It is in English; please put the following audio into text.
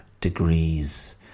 degrees